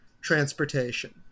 transportation